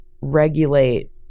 regulate